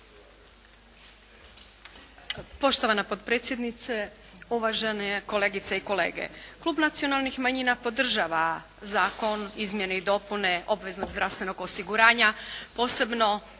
Poštovana potpredsjednice, uvažene kolegice i kolege. Klub nacionalnih manjina podržava Zakon izmjene i dopune obveznog zdravstvenog osiguranja posebno